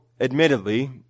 admittedly